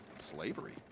slavery